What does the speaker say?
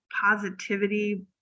positivity